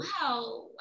wow